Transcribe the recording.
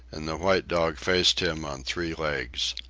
and the white dog faced him on three legs.